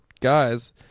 guys